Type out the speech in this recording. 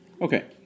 Okay